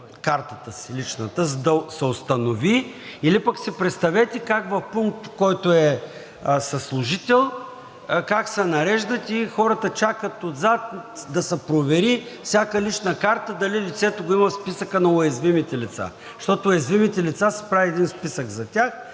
личната си карта, за да се установи? Или си представете как в пункт, който е със служител, как се нареждат, хората чакат отзад да се провери всяка лична карта дали лицето е било в списъка на уязвимите лица. Защото за уязвимите лица се прави един списък, раздава